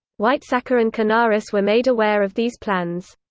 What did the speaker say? weizsacker and canaris were made aware of these plans.